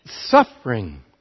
suffering